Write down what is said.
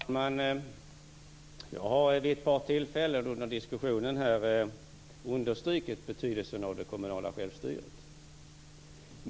Fru talman! Jag har vid ett par tillfällen under diskussionen understrukit betydelsen av det kommunala självstyret.